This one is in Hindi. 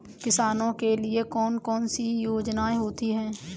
किसानों के लिए कौन कौन सी योजनायें होती हैं?